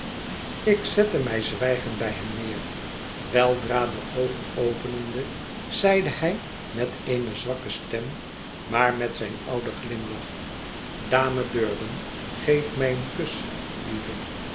ik zette mij zwijgend bij hem neer weldra de oogen openende zeide hij met eene zwakke stem maar met zijn ouden glimlach dame durden geef mij een kus lieve